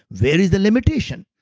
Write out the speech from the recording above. where is the limitation?